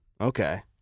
Okay